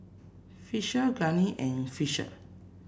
Fisher Glennie and Fisher